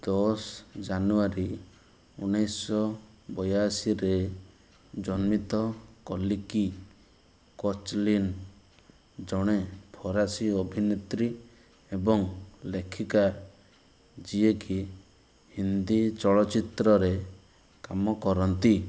ଦଶ ଜାନୁଆରୀ ଉଣେଇଶ ବୟାଅଶୀରେ ଜନ୍ମିତ କଲ୍କି କୋଚଲିନ୍ ଜଣେ ଫରାସୀ ଅଭିନେତ୍ରୀ ଏବଂ ଲେଖିକା ଯିଏ କି ହିନ୍ଦୀ ଚଳଚ୍ଚିତ୍ରରେ କାମ କରନ୍ତି